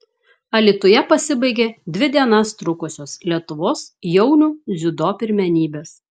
alytuje pasibaigė dvi dienas trukusios lietuvos jaunių dziudo pirmenybės